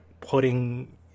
putting